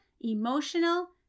emotional